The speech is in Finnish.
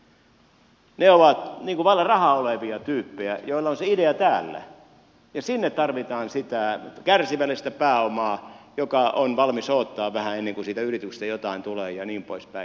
ne ovat vailla rahaa olevia tyyppejä joilla on se idea täällä ja sinne tarvitaan sitä kärsivällistä pääomaa joka on valmis odottamaan vähän ennen kuin siitä yrityksestä jotain tulee ja niin poispäin